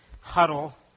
huddle